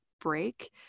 break